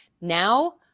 now